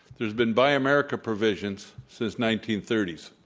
there's been buy america provisions since nineteen thirty s.